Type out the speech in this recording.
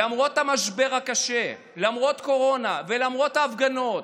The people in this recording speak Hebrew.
למרות המשבר הקשה, למרות קורונה ולמרות ההפגנות,